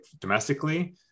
domestically